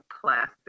plastic